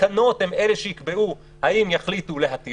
התקנות הן אלה שיקבעו האם יחליטו להטיל